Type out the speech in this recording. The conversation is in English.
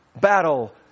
battle